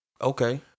Okay